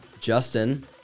Justin